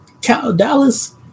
Dallas